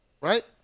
right